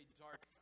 dark